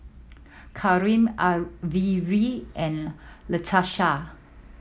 Karim Averi and Latesha